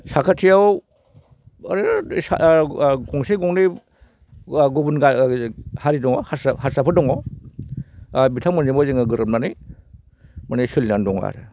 साखाथियाव ओरैनो गंसे गंनै गुबुन हारि दङ हारसा हारसाफोर दङ बिथांमोनजोंबो जोङो गोरोबनानै माने सोलिनानै दङ आरो